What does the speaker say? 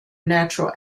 natural